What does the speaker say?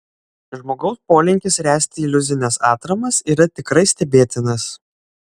žmogaus polinkis ręsti iliuzines atramas yra tikrai stebėtinas